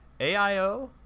aio